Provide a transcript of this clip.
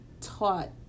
taught